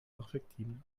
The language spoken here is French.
perfectible